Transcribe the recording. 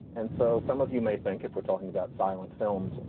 and so some of you may think if we're talking about silent films,